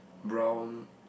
brown